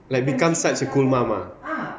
like become such a cool mum ah